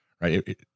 right